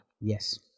Yes